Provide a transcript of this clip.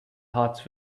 hearts